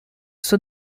suo